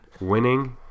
Winning